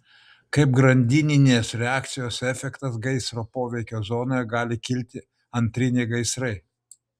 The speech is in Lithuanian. kaip grandininės reakcijos efektas gaisro poveikio zonoje gali kilti antriniai gaisrai